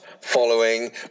following